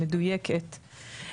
מדויקת,